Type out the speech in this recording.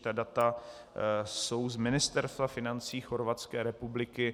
Ta data jsou z Ministerstva financí Chorvatské republiky.